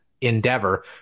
endeavor